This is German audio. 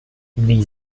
wie